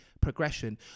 progression